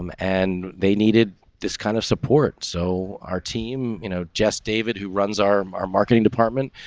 um and they needed this kind of support. so our team, you know, just david, who runs our our marketing department.